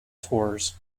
tours